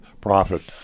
profit